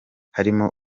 harimo